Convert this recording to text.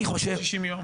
לא אמרתי 60 יום.